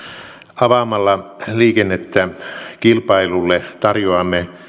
avaamalla liikennettä kilpailulle tarjoamme